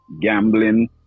gambling